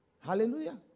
Hallelujah